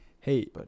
Hey